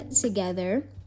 together